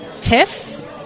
TIFF